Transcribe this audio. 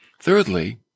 Thirdly